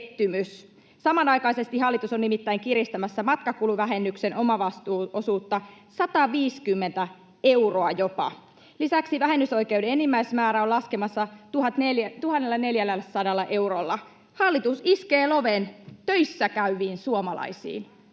Samanaikaisesti hallitus on nimittäin kiristämässä matkakuluvähennyksen omavastuuosuutta jopa 150 euroa. Lisäksi vähennysoikeuden enimmäismäärä on laskemassa 1 400 eurolla. Hallitus iskee loven töissä käyviin suomalaisiin,